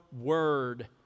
word